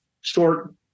short